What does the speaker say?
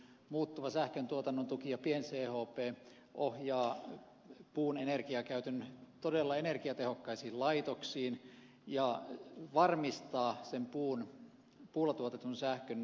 muuttuva sähköntuotannon tuki ja pien chp ohjaavat puun energiakäytön todella energiatehokkaisiin laitoksiin ja varmistavat sen puulla tuotetun sähkön kilpailukyvyn